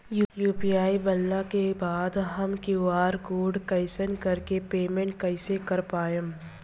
UPI बनला के बाद हम क्यू.आर कोड स्कैन कर के पेमेंट कइसे कर पाएम?